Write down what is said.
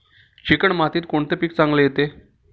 Chicken मातीत कोणते पीक चांगले येते?